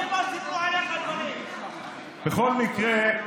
בכל מקרה,